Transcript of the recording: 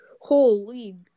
Holy